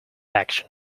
action